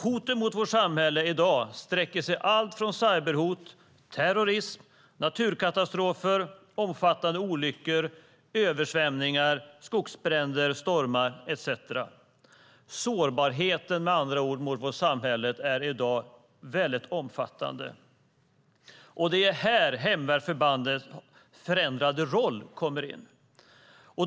Hoten mot vårt samhälle sträcker sig i dag alltifrån cyberhot till terrorism, naturkatastrofer, omfattande olyckor, översvämningar, skogsbränder, stormar, etcetera. Sårbarheten i vårt samhälle är i dag med andra ord väldigt omfattande. Det är här hemvärnsförbandens förändrade roll kommer in.